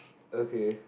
okay